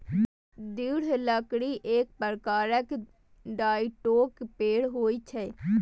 दृढ़ लकड़ी एक प्रकारक डाइकोट पेड़ होइ छै